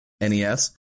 NES